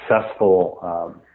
successful